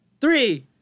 three